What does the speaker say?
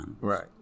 Right